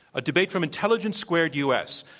a debate from intelligence squared, u. s.